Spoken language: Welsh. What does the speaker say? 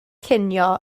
cinio